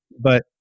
But-